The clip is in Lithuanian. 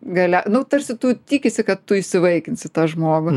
galia nu tarsi tu tikisi kad tu įsivaikinsi tą žmogų